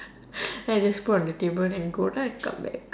then I just put on the table then go down and come back